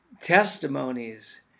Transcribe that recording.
testimonies